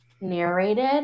narrated